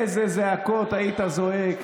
איזה זעקות היית זועק,